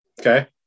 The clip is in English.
Okay